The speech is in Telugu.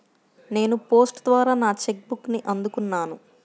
నేను పోస్ట్ ద్వారా నా చెక్ బుక్ని అందుకున్నాను